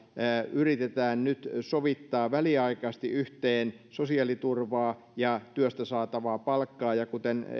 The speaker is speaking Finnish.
yritetään nyt sovittaa väliaikaisesti yhteen sosiaaliturvaa ja työstä saatavaa palkkaa kuten